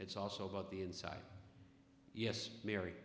it's also about the inside yes mar